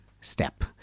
step